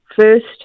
first